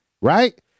right